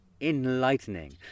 enlightening